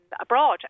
abroad